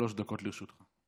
שלוש דקות לרשותך.